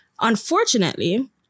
Unfortunately